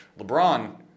LeBron